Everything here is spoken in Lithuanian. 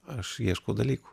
aš ieškau dalykų